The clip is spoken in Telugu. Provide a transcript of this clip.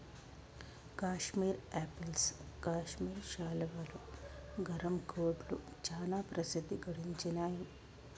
కాశ్మీర్ ఆపిల్స్ కాశ్మీర్ శాలువాలు, గరం కోట్లు చానా ప్రసిద్ధి గడించినాయ్